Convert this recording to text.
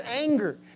anger